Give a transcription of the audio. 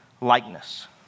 likeness